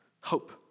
Hope